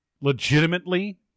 legitimately